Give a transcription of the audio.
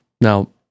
Now